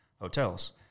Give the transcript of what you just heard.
Hotels